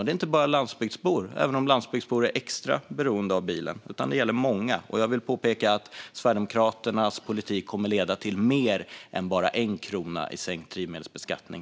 Det är inte bara landsbygdsbor, även om landsbygdsbor är extra beroende av bilen, utan det gäller många - och jag vill framhålla att Sverigedemokraternas politik kommer att leda till mer än bara 1 krona i sänkt drivmedelsbeskattning.